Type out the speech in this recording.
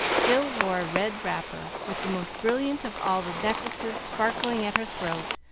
jill wore a red wrapper, with the most brilliant of all the necklaces sparkling at her throat,